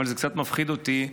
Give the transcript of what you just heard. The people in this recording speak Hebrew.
אבל זה קצת מפחיד אותי,